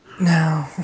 no